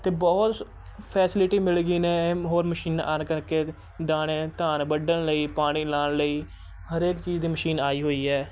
ਅਤੇ ਬਹੁਤ ਸ ਫੈਸਲਿਟੀ ਮਿਲ ਗਈ ਨੇ ਇਹ ਹੋਰ ਮਸ਼ੀਨ ਆਉਣ ਕਰਕੇ ਦਾਣੇ ਧਾਨ ਵੱਢਣ ਲਈ ਪਾਣੀ ਲਾਉਣ ਲਈ ਹਰੇਕ ਚੀਜ਼ ਦੀ ਮਸ਼ੀਨ ਆਈ ਹੋਈ ਹੈ